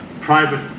private